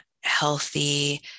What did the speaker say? healthy